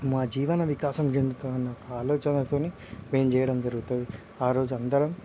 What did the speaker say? మా జీవన వికాసం చెందుతున్న ఆలోచనలతోని మేం చేయడం జరుగుతుంది ఆరోజు అందరం